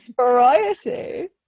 variety